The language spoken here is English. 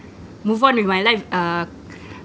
move on with my life uh